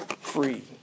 free